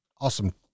awesome